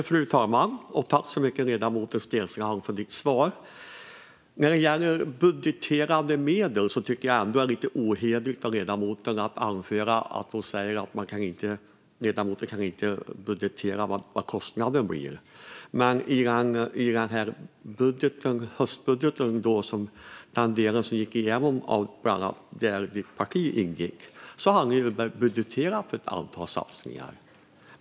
Fru talman! Tack för ditt svar, ledamoten Steensland! När det gäller budgeterade medel är det lite ohederligt av ledamoten att anföra att ledamoten inte kan budgetera för vad kostnaden blir. I höstbudgeten, som gick igenom och som bland annat ledamotens parti står bakom, hade ni ju budgeterat för ett antal satsningar.